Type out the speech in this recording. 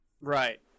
Right